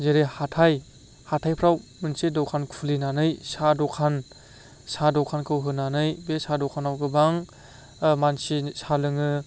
जेरै हाथाय हाथायफ्राव मोनसे दखान खुलिनानै साहा दखान साहा दखानखौ होनानै बे साहा दखानाव गोबां मानसि साहा लोङो